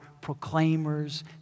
proclaimers